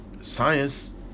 Science